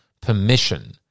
permission